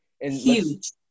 huge